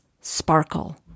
sparkle